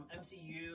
MCU